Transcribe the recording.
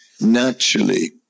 naturally